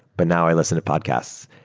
but now i listen to podcasts.